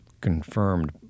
confirmed